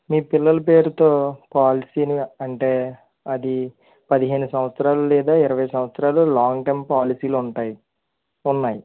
మీ పిల్లల పేరుతో పోలసీలు అంటే అది పదిహేను సంవత్సరాలు లేదా ఇరవై సంవత్సరాలు లాంగ్ టైం పోలసీలు ఉంటాయి ఉన్నాయి